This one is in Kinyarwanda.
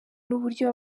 n’uburyo